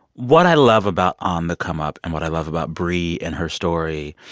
what i love about on the come up and what i love about bri and her story,